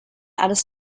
alles